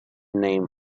name